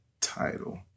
title